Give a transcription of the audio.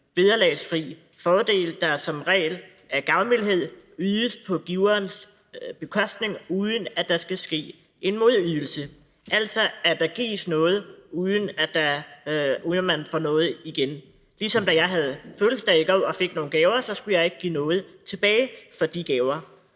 vederlagsfri fordel, der som regel af gavmildhed ydes på giverens bekostning, uden at der skal ske en modydelse, altså at der gives noget, uden at man får noget igen – ligesom da jeg havde fødselsdag i går og fik nogle gaver, så skulle jeg ikke give noget tilbage for de gaver.